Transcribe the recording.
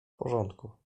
porządku